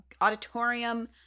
auditorium